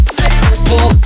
successful